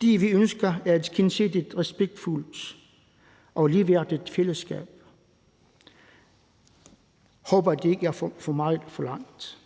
det, vi ønsker, er et gensidigt respektfuldt og ligeværdigt fællesskab. Jeg håber, at det ikke er for meget forlangt.